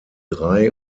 drei